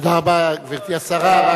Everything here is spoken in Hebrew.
תודה רבה, גברתי השרה.